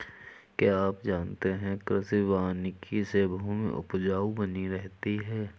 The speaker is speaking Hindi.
क्या आप जानते है कृषि वानिकी से भूमि उपजाऊ बनी रहती है?